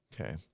Okay